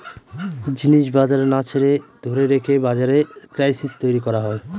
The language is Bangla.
জিনিস বাজারে না ছেড়ে ধরে রেখে বাজারে ক্রাইসিস তৈরী করা হয়